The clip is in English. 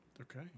okay